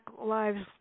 Lives